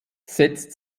setzt